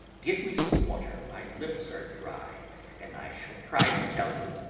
give me some water, my lips are dry and i shall try to tell you.